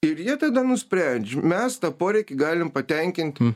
ir jie tada nusprendžia mes tą poreikį galim patenkint